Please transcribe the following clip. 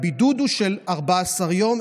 הבידוד הוא של 14 יום,